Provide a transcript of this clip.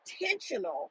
intentional